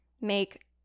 make